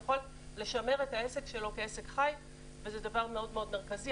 יכול לשמר את העסק שלו כעסק חי וזה דבר מאוד מרכזי.